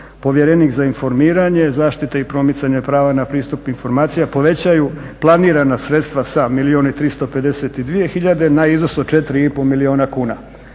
Povjerenik za informiranje, zaštite i promicanje prava na pristup informacija povećaju planirana sredstva sa milijun 352 tisuće na iznos od 4,5 milijuna